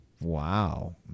Wow